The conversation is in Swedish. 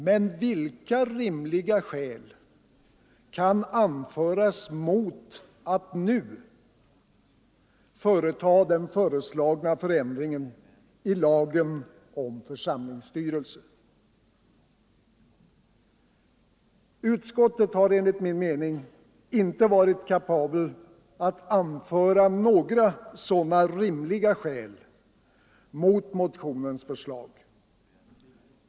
Men vilka rimliga skäl kan anföras mot att nu företa den ombesörja anordnandet av gravplatser samt här berörda utvidgningar av församling att min mening inte varit kapabelt att anföra några sådana rimliga skäl mot ombesörja begravmotionens förslag.